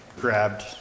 grabbed